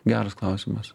geras klausimas